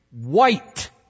white